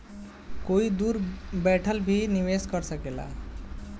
कोई दूर बैठल भी निवेश कर सकेला